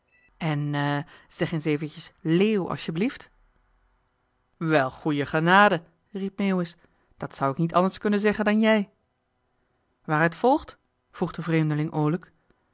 en ne zeg eens eventjes leeuw alsjeblieft wel goeie genade riep meeuwis dat zou ik niet anders kunnen zeggen dan jij waaruit volgt vroeg de vreemdeling oolijk